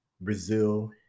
Brazil